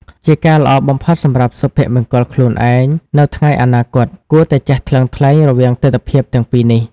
ជាការល្អបំផុតសម្រាប់សុភមង្គលខ្លួនឯងនៅថ្ងៃអនាគត គួរតែចេះថ្លឹងថ្លែងរវាងទិដ្ឋភាពទាំងពីរនេះ។